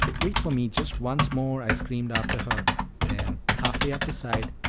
wait for me just once more, i screamed after her then, half-way up the side,